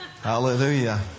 Hallelujah